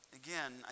again